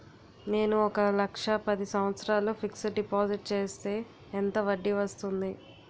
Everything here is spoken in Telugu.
నేను ఒక లక్ష పది సంవత్సారాలు ఫిక్సడ్ డిపాజిట్ చేస్తే ఎంత వడ్డీ వస్తుంది?